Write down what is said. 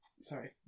sorry